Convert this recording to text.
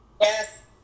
yes